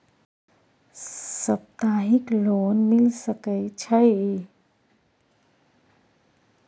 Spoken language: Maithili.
सप्ताहिक लोन मिल सके छै?